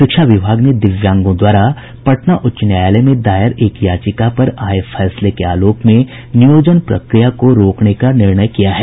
शिक्षा विभाग ने दिव्यांगों द्वारा पटना उच्च न्यायालय में दायर एक याचिका पर आये फैसले के आलोक में नियोजन प्रक्रिया को रोकने का निर्णय किया है